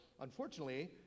unfortunately